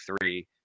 three